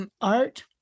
art